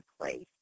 place